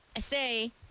say